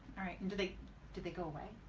and do they did they go away?